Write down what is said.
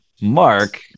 Mark